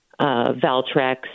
Valtrex